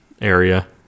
area